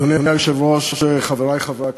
אדוני היושב-ראש, חברי חברי הכנסת,